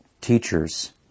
teachers